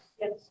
yes